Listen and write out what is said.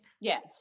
Yes